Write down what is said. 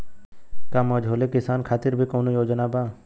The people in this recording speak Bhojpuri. का मझोले किसान खातिर भी कौनो योजना बा?